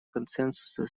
консенсуса